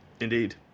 Indeed